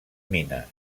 mines